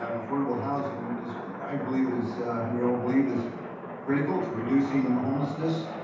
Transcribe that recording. affordable housing is i believe is we all believe is critical to reducing homelessness.